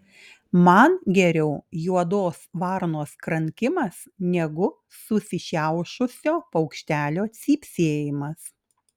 man geriau juodos varnos krankimas negu susišiaušusio paukštelio cypsėjimas